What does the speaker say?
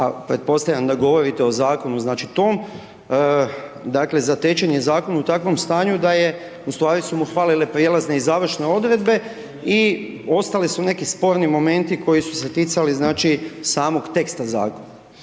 a pretpostavljam da govorite o Zakonu, znači, tom, dakle, zatečen je Zakon u takvom stanju da je, u stvari su mu falile prijelazne i završne odredbe i ostali su neki sporni momenti koji su se ticali, znači, samog teksta Zakona.